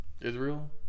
Israel